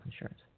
insurance